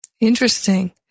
Interesting